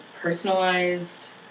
personalized